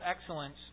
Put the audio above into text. excellence